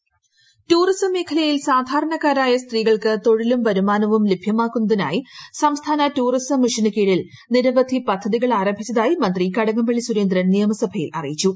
tourism Kadakampally tourism മേഖലയിൽ സാധാരണക്കാരായ സ്ത്രീകൾക്ക് തൊഴിലും വരുമാനവും ലഭ്യമാക്കുകതിനായി സംസ്ഥാന ടൂറിസം മിഷന് കീഴിൽ നിരവധി പദ്ധതികൾ ആരംഭിച്ചതായി മന്ത്രി കടകംപള്ളി സുരേന്ദ്രൻ നിയമസഭയിൽ അറിയിച്ചു